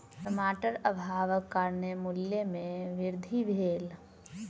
टमाटर अभावक कारणेँ मूल्य में वृद्धि भेल